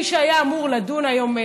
מי שהיה אמור לדון היום,